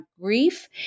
grief